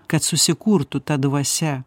kad susikurtų ta dvasia